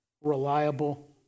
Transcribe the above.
reliable